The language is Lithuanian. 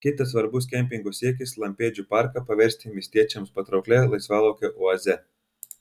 kitas svarbus kempingo siekis lampėdžių parką paversti miestiečiams patrauklia laisvalaikio oaze